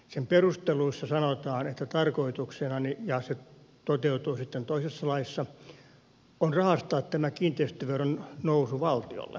sen perusteluissa sanotaan että tarkoituksena ja se toteutuu sitten toisessa laissa on rahastaa tämä kiinteistöveron nousu valtiolle